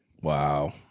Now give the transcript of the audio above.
Wow